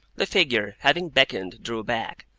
the figure, having beckoned, drew back,